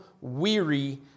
weary